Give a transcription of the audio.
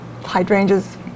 hydrangeas